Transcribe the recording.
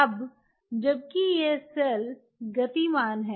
अब जबकि यह सेल गतिमान है